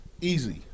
easy